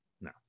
No